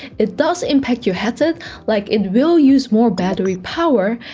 it does impact your headset like it will use more battery power,